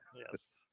Yes